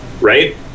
right